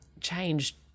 changed